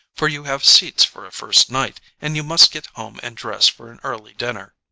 for you have seats for a first night and you must get home and dress for an early dinner.